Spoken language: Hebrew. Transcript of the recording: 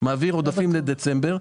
מעביר עודפים לדצמבר,